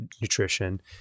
nutrition